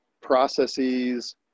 processes